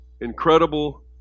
incredible